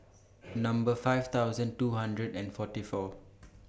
Number five thousand two hundred and forty four